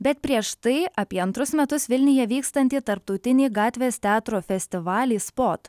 bet prieš tai apie antrus metus vilniuje vykstantį tarptautinį gatvės teatro festivalį spot